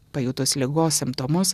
pajutus ligos simptomus